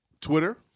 Twitter